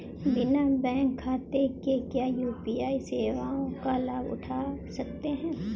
बिना बैंक खाते के क्या यू.पी.आई सेवाओं का लाभ उठा सकते हैं?